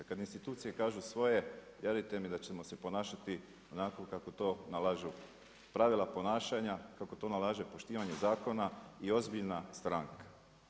Kad institucije kažu svoje, vjerujte da ćemo se ponašati onako kako to nalažu pravila ponašanja, kako to nalaže poštivanje zakona i ozbiljna stranka.